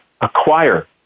acquire